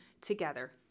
together